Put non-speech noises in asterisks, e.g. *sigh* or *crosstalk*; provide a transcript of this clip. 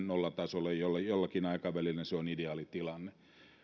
*unintelligible* nollatasolle pääsemään jollakin aikavälillä se on ideaalitilanne